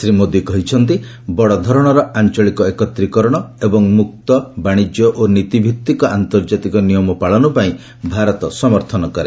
ଶ୍ରୀ ମୋଦୀ କହିଛନ୍ତି ବଡ଼ ଧରଣର ଆଞ୍ଚଳିକ ଏକତ୍ରିକରଣ ଏବଂ ଅଧିକ ମୁକ୍ତ ବାଣିଜ୍ୟ ଓ ନୀତି ଭିଭିକ ଆନ୍ତର୍ଜାତିକ ନିୟମ ପାଳନ ପାଇଁ ଭାରତ ସମର୍ଥନ କରେ